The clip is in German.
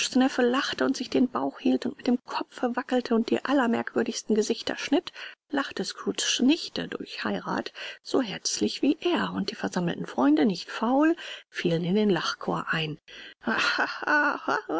neffe lachte und sich den bauch hielt und mit dem kopfe wackelte und die allermerkwürdigsten gesichter schnitt lachte scrooges nichte durch heirat so herzlich wie er und die versammelten freunde nicht faul fielen in den lachchor ein